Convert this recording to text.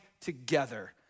together